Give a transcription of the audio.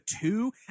two